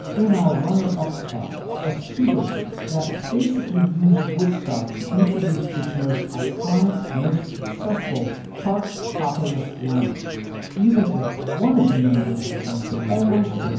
in our runner up spot a supergroup that basically used woodstock to introduce its most iconic most successful chart topping list lineup even if one of the members was almost.